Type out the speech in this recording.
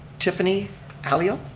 tiffany aleo.